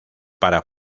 para